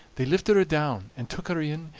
they lifted her down and took her in,